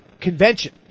convention